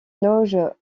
loge